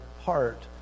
heart